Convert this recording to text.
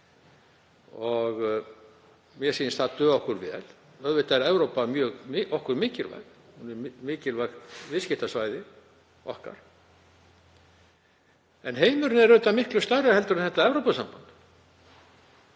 og mér sýnist það duga okkur vel. Auðvitað er Evrópa okkur mikilvæg, hún er mikilvægt viðskiptasvæði okkar. En heimurinn er miklu stærri en Evrópusambandið